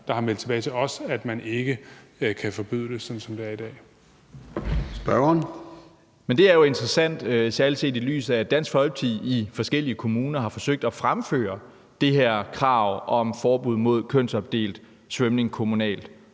der har meldt tilbage til os og sagt, at man ikke kan forbyde det, sådan som det er i dag. Kl. 14:03 Formanden (Søren Gade): Spørgeren. Kl. 14:03 Mikkel Bjørn (DF): Det er jo interessant, særlig set i lyset af at Dansk Folkeparti i forskellige kommuner har forsøgt at fremføre det her krav om forbud mod kønsopdelt svømning kommunalt